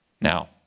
Now